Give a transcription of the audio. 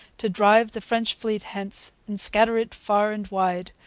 to drive the french fleet hence, and scatter it far and wide,